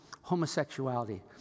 homosexuality